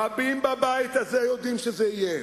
רבים בבית הזה יודעים שזה יהיה,